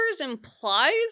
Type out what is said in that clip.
implies